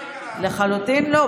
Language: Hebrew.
לחלוטין לא.